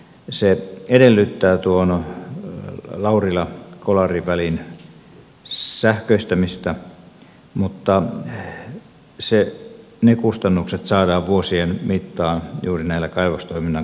se edellyttää tuon laurilakolari välin sähköistämistä mutta ne kustannukset saadaan vuosien mittaan juuri näillä kaivostoiminnan kuljetuksilla korvattua